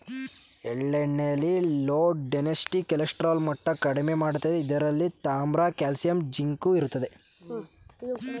ಎಳ್ಳೆಣ್ಣೆಲಿ low density cholesterol ಮಟ್ಟ ಕಡಿಮೆ ಮಾಡ್ತದೆ ಇದ್ರಲ್ಲಿ ತಾಮ್ರ ಕಾಲ್ಸಿಯಂ ಜಿಂಕ್ ಇರ್ತದೆ